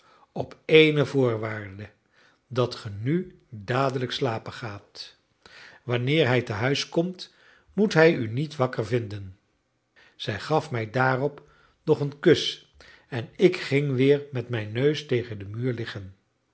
op ééne voorwaarde dat ge nu dadelijk slapen gaat wanneer hij tehuis komt moet hij u niet wakker vinden zij gaf mij daarop nog een kus en ik ging weer met mijn neus tegen den muur liggen